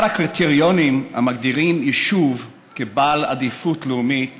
אחד הקריטריונים המגדירים יישוב כבעל עדיפות לאומית